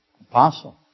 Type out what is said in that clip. Apostle